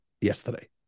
yesterday